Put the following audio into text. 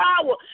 power